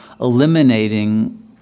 eliminating